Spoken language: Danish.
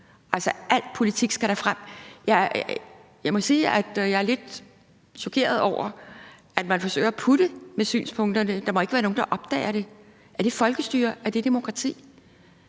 Altså, al politik skal da frem. Jeg må sige, at jeg er lidt chokeret over, at man forsøger at putte med synspunkterne – der må ikke være nogen, der opdager det. Er det folkestyre, er det demokrati?